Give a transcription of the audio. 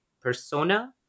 persona